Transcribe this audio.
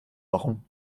warum